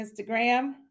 Instagram